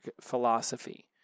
philosophy